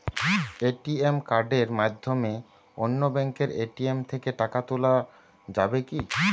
ATM কার্ডের মাধ্যমে অন্য ব্যাঙ্কের এ.টি.এম থেকে টাকা তোলা যাবে কি?